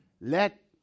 let